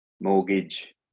mortgage